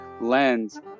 lens